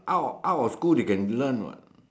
out of out of school they can learn what